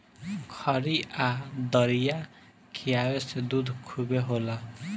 खरी आ दरिया खिआवे से दूध खूबे होला